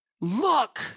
Look